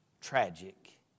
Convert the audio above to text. tragic